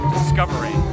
Discovery